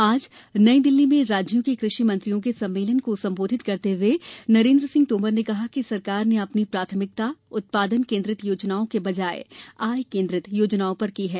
आज नई दिल्ली में राज्यों के कृषि मंत्रियों के सम्मेंलन को संबोधित करते हुए नरेन्द्र सिंह तोमर ने कहा कि सरकार ने अपनी प्राथमिकता उत्पादन केन्द्रित योजनाओं के बजाय आय केन्द्रित योजनाओं पर की है